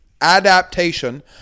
adaptation